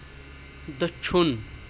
دٔچھُن